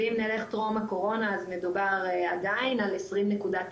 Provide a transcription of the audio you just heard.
ואם נלך לטרום הקורונה אז מדובר עדיין על 20.9%,